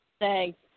Thanks